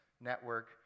network